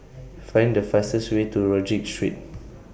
Find The fastest Way to Rodyk Street